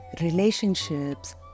Relationships